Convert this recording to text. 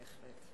בהחלט.